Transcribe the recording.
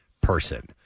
person